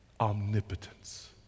omnipotence